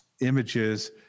images